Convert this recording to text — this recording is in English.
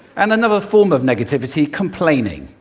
and another form of negativity, complaining.